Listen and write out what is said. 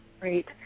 Great